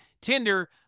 Tinder